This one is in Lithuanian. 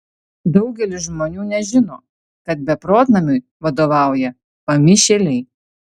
daugelis žmonių nežino kad beprotnamiui vadovauja pamišėliai